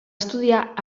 estudiar